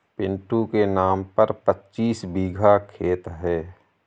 पिंटू के नाम पर पच्चीस बीघा खेत है